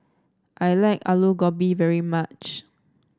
I like Alu Gobi very much